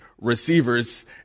receivers